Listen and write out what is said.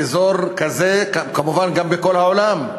באזור כזה, וכמובן גם בכל העולם,